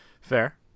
Fair